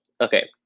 Okay